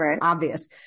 obvious